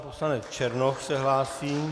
Poslanec Černoch se hlásí.